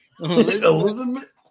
Elizabeth